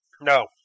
No